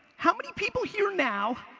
how many people here, now,